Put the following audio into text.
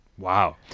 Wow